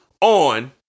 on